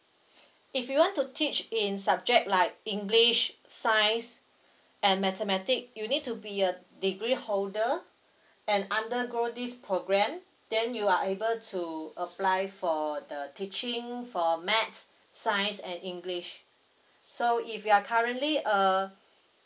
if you want to teach in subject like english science and mathematic you need to be a degree holder and undergo this program then you are able to apply for the teaching for maths science and english so if you are currently a